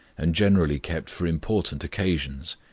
and generally kept for important occasions.